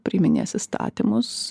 priiminės įstatymus